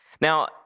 Now